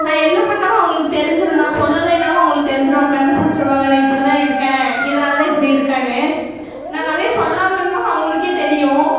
நான் என்ன பண்ணாவும் அவங்களுக்கு தெரிஞ்சிடும் நான் சொல்லலைன்னாவும் அவங்களுக்கு தெரிஞ்சிடும் அவங்க கண்டுபுடிச்சுருவாங்க நான் இப்படி தான் இருக்கேன் இதனால தான் இப்படி இருக்கன்னு நான் நிறைய சொல்லாமல் இருந்தாவும் அவவங்களுக்கே தெரியும்